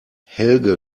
helge